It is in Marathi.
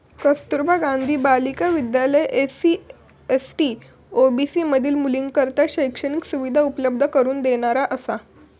कस्तुरबा गांधी बालिका विद्यालय एस.सी, एस.टी, ओ.बी.सी मधील मुलींकरता शैक्षणिक सुविधा उपलब्ध करून देणारा असा